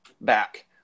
back